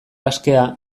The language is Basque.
askea